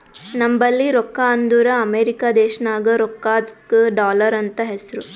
ನಂಬಲ್ಲಿ ರೊಕ್ಕಾ ಅಂದುರ್ ಅಮೆರಿಕಾ ದೇಶನಾಗ್ ರೊಕ್ಕಾಗ ಡಾಲರ್ ಅಂತ್ ಹೆಸ್ರು